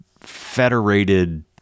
federated